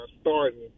starting